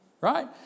right